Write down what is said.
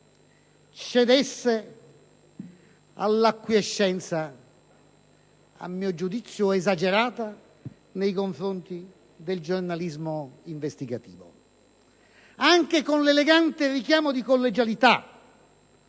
cedesse all'acquiescenza, a mio giudizio esagerata, nei confronti del giornalismo investigativo. Anche con l'elegante richiamo di collegialità